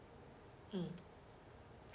mm